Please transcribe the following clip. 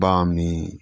बामी